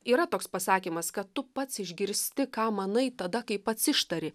yra toks pasakymas kad tu pats išgirsti ką manai tada kai pats ištari